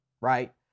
right